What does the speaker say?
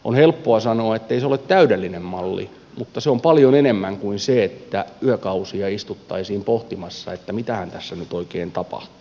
on helppoa sanoa ettei se ole täydellinen malli mutta se on paljon enemmän kuin se että yökausia istuttaisiin pohtimassa että mitähän tässä nyt oikein tapahtuu